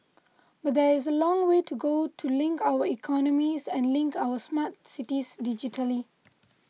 but there is a long way to go to link our economies and link up our smart cities digitally